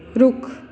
ਰੁੱਖ